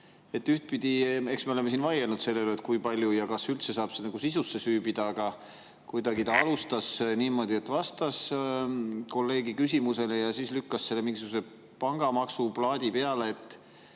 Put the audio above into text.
Ühtpidi eks me oleme siin vaielnud selle üle, kui palju ja kas üldse saab sisusse süüvida, aga [minister] kuidagi alustas niimoodi, et vastas kolleegi küsimusele ja siis lükkas mingisuguse pangamaksuplaadi peale.